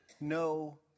No